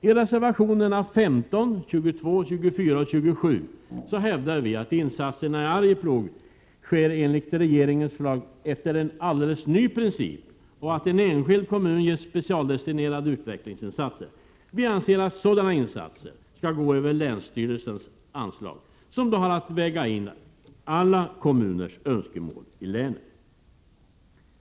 I reservationerna 15, 22, 24 och 27 hävdar vi att insatserna i Arjeplog sker enligt regeringens förslag efter en alldeles ny princip — att en enskild kommun ges specialdestinerade utvecklingsinsatser. Vi anser att sådana insatser skall gå över länsstyrelsen, som då har att väga in alla kommuners önskemål i länet.